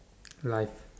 life